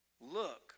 Look